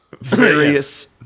Various